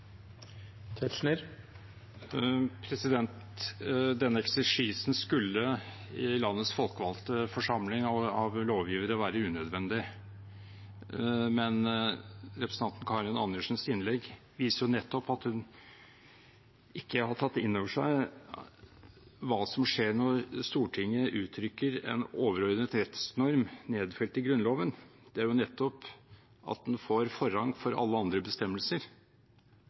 Denne eksersisen skulle i landets folkevalgte forsamling av lovgivere være unødvendig, men representanten Karin Andersens innlegg viser nettopp at hun ikke har tatt inn over seg hva som skjer når Stortinget uttrykker en overordnet rettsnorm nedfelt i Grunnloven. Det er jo nettopp at den får forrang foran alle andre bestemmelser